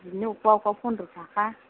बिदिनो अबेखौबा अबेखौबा फनद्र थाखा